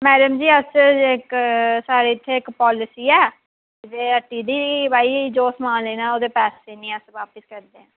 madam ji अस इक साढ़े इत्थें इक पालिसी ऐ जे हट्टी दी भाई जो सामान लैना ऐ ओह्दे पैसे नी अस वापिस करदे